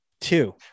two